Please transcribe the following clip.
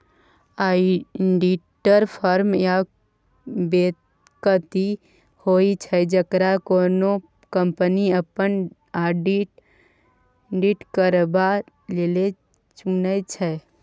auditor firm या बेकती होइ छै जकरा कोनो कंपनी अपन आडिट करबा लेल चुनै छै